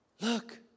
look